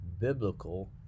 biblical